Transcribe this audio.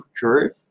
curve